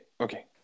Okay